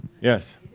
Yes